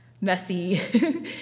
messy